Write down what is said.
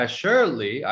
surely